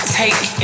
take